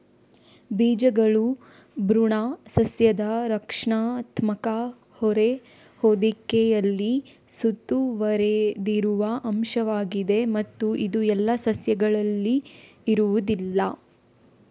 ಬೀಜಗಳು ಭ್ರೂಣ ಸಸ್ಯದ ರಕ್ಷಣಾತ್ಮಕ ಹೊರ ಹೊದಿಕೆಯಲ್ಲಿ ಸುತ್ತುವರೆದಿರುವ ಅಂಶವಾಗಿದೆ ಮತ್ತು ಇದು ಎಲ್ಲಾ ಸಸ್ಯಗಳಲ್ಲಿ ಇರುವುದಿಲ್ಲ